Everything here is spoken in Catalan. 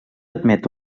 admet